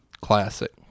classic